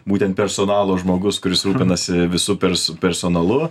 būtent personalo žmogus kuris rūpinasi visu persu personalu